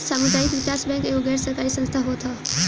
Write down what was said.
सामुदायिक विकास बैंक एगो गैर सरकारी संस्था होत हअ